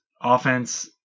offense